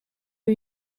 who